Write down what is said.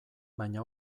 baina